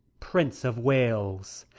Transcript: prince of wales,